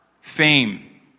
fame